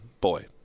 boy